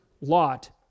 Lot